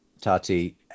Tati